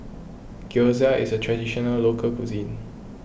Gyoza is a Traditional Local Cuisine